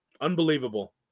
Unbelievable